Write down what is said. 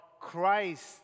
Christ